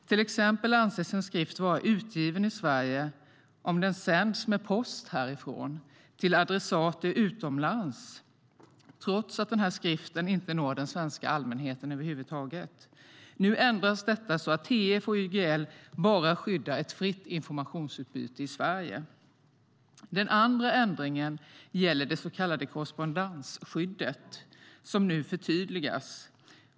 Till exempel anses en skrift vara utgiven i Sverige om den sänds med post härifrån till adressater utomlands, trots att skriften inte når den svenska allmänheten över huvud taget. Nu ändras detta så att TF och YGL bara skyddar ett fritt informationsutbyte i Sverige. Den andra ändringen gäller det så kallade korrespondentskyddet, som nu förtydligas.